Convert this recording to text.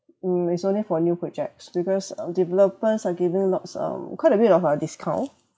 mm it's only for new projects because uh developers are given lots um quite a bit of uh discount